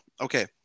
Okay